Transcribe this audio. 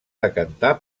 decantar